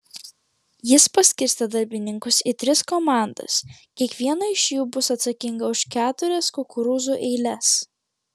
jis paskirstė darbininkus į tris komandas kiekviena iš jų bus atsakinga už keturias kukurūzų eiles